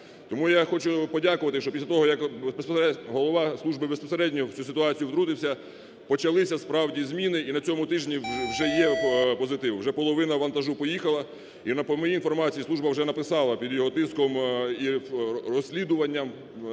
Тому я хочу подякувати, що після того, як голова служби безпосередньо в цю ситуацію втрутився, почалися справді зміни і на цьому тижні вже є позитив, вже половина вантажу поїхала і, по моїй інформації, служба вже написала під його тиском і розслідуванням,